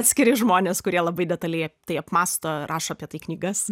atskiri žmonės kurie labai detaliai apie tai apmąsto ir rašo apie tai knygas